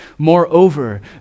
Moreover